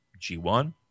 G1